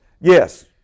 Yes